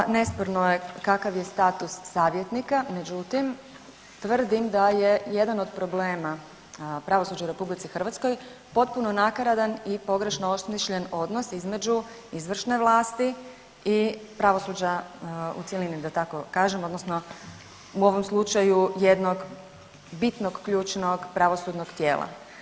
Da, nesporno je kakav je status savjetnika, međutim, tvrdim da je jedan od problema pravosuđa u RH, potpuno nakaradan i pogrešno osmišljen odnos između izvršne vlasti i pravosuđa u cjelini, da tako kažem, odnosno u ovom slučaju jednog bitnog ključnog pravosudnog tijela.